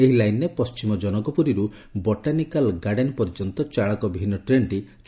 ଏହି ଲାଇନ୍ରେ ପଶ୍ଚିମ କନକପୁରୀରୁ ବଟାନିକାଲ ଗାର୍ଡେନ ପର୍ଯ୍ୟନ୍ତ ଚାଳକବିହୀନ ଟ୍ରେନ୍ଟି ଚଳାଚଳ କରିବ